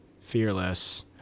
Fearless